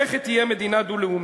איך היא תהיה מדינה דו-לאומית?